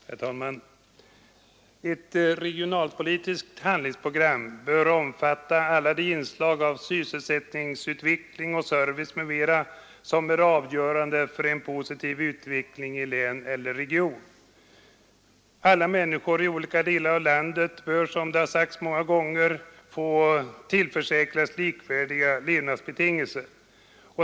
Herr talman! Ett regionalpolitiskt handlingsprogram bör omfatta samtliga inslag av sysselsättningsåtgärder, service m.m. som är avgörande för en positiv utveckling i alla län eller regioner. Alla människor i olika delar av landet bör, som många gånger framhållits, tillförsäkras likvärdiga levnadsbetingelser.